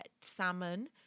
salmon